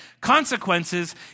Consequences